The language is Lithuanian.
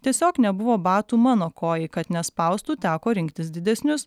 tiesiog nebuvo batų mano kojai kad nespaustų teko rinktis didesnius